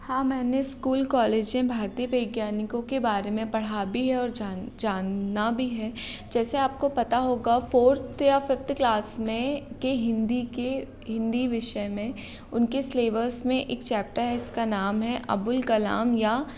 हाँ मैंने school college में भारतीय वैज्ञानिकों के बारे में पढ़ा भी है और जान जानना भी है जैसे आपको पता होगा फोर्थ या फिफ्थ क्लास में के हिंदी के हिंदी विषय में उनके सिलेबस में एक चैप्टर है जिसका नाम है अब्दुल कलाम या